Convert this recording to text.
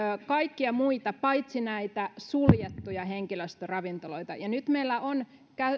kaikkia muita paitsi näitä suljettuja henkilöstöravintoloita ja nyt meillä on